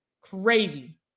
crazy